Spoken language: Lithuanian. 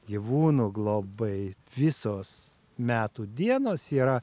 gyvūnų globai visos metų dienos yra